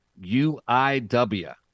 UIW